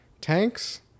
tanks